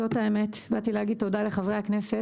באתי להודות לחברי הכנסת